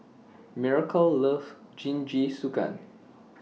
Miracle loves Jingisukan